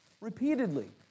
Repeatedly